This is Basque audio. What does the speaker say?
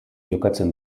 jokatzen